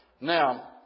Now